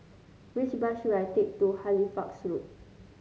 which bus should I take to Halifax Road